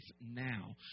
now